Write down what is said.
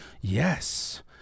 Yes